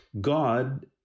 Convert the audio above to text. God